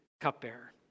cupbearer